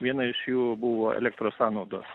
viena iš jų buvo elektros sąnaudos